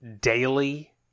daily